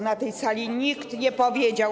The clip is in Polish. Na tej sali nikt nie powiedział.